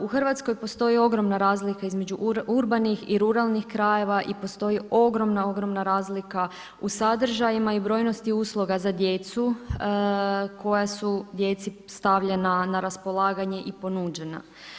U RH postoji ogromna razlika između urbanih i ruralnih krajeva i postoji ogromna razlika u sadržajima i brojnosti usluga za djecu koja su djeci stavljena na raspolaganje i ponuđena.